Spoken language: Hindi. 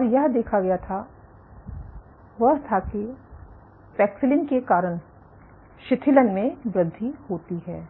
और जो देखा गया वह था कि पैक्सिलिन के कारण शिथिलन में वृद्धि होती है